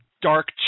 dark